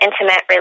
intimate